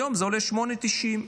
והיום זה עולה 8.9 שקלים.